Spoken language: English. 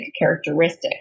characteristic